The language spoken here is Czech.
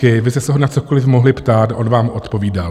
Vy jste se ho na cokoliv mohli ptát, on vám odpovídal.